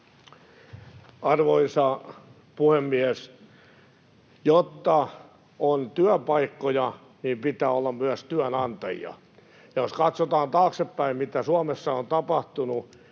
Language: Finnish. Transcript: Arvoisa puhemies! Jotta on työpaikkoja, pitää olla myös työnantajia. Jos katsotaan taaksepäin, mitä Suomessa on tapahtunut,